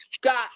got